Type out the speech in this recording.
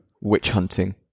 witch-hunting